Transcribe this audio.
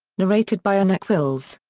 narrated by anneke wills.